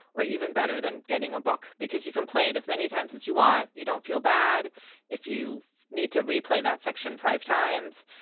or even better than getting a book. because you can play it as many times as you want. you don't feel bad if you need to replay that section five times.